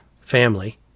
family